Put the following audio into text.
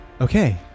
Okay